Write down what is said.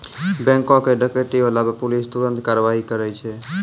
बैंको के डकैती होला पे पुलिस तुरन्ते कारवाही करै छै